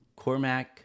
Cormac